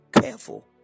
careful